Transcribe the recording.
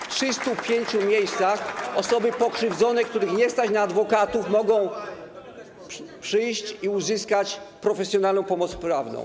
W 305 miejscach osoby pokrzywdzone, których nie stać na adwokatów, mogą przyjść i uzyskać profesjonalną pomoc prawną.